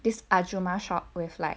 this ahjumma shop with like